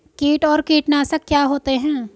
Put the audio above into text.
कीट और कीटनाशक क्या होते हैं?